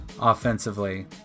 offensively